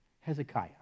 Hezekiah